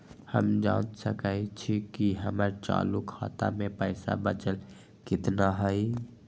हम जान सकई छी कि हमर चालू खाता में पइसा बचल कितना हई